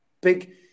big